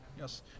Yes